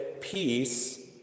peace